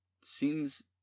seems